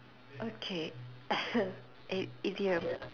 okay eh easy rum